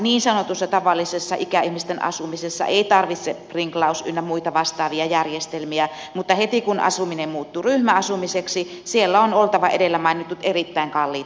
niin sanotussa tavallisessa ikäihmisten asumisessa ei tarvitse sprinklaus ynnä muita vastaavia järjestelmiä mutta heti kun asuminen muuttuu ryhmäasumiseksi siellä on oltava edellä mainitut erittäin kalliit järjestelmät